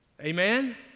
Amen